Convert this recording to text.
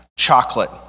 Chocolate